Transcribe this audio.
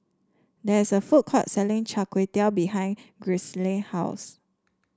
there is a food court selling Char Kway Teow Behind Grisely house